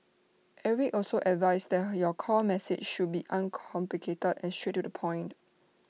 Eric also advised that your core message should be uncomplicated and straight to the point